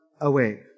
away